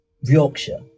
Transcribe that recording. Yorkshire